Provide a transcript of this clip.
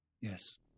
Yes